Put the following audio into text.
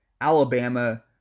Alabama